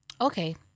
Okay